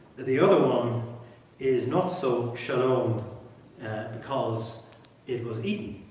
the other one is not so shalom because it was eaten.